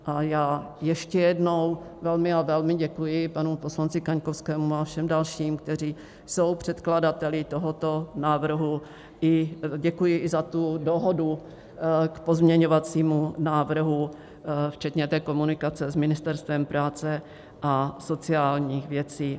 A já ještě jednou velmi a velmi děkuji panu poslanci Kaňkovskému a všem dalším, kteří jsou předkladateli tohoto návrhu, děkuji i za dohodu k pozměňovacímu návrhu včetně komunikace s Ministerstvem práce a sociálních věcí.